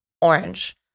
orange